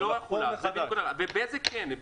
בזק כן.